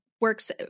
works